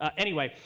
um anyway,